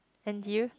n_t_u